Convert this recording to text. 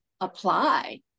apply